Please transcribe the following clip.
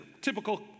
Typical